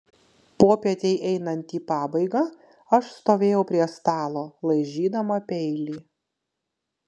popietei einant į pabaigą aš stovėjau prie stalo laižydama peilį